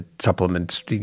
supplements